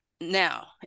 Now